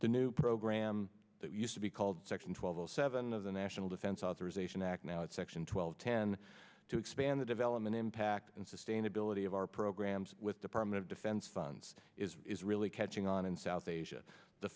the new program that used to be called section twelve zero seven of the national defense authorization act now it's section twelve ten to expand the development impact and sustainability of our programs with department of defense funds is really catching on in south asia the